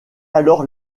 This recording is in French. alors